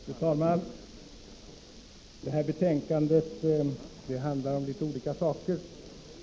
Fru talman! Detta betänkande handlar om litet olika saker.